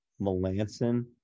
Melanson